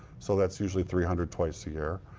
so that's usually three hundred twice a year.